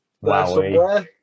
Wow